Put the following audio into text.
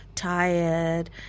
Tired